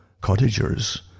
Cottagers